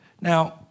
Now